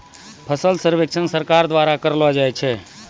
फसल सर्वेक्षण सरकार द्वारा करैलो जाय छै